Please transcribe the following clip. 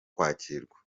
kwakirwa